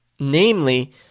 namely